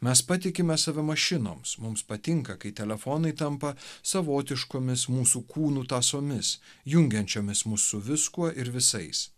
mes patikime save mašinoms mums patinka kai telefonai tampa savotiškomis mūsų kūnų tąsomis jungiančiomis mus su viskuo ir visais